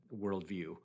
worldview